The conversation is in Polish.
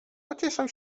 pocieszał